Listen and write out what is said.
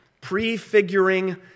prefiguring